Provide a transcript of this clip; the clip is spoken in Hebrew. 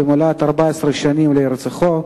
במלאות 14 שנים להירצחו.